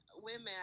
women